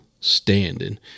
standing